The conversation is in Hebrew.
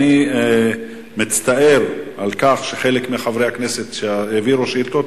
אני מצטער על כך שחלק מחברי הכנסת שהעבירו שאילתות,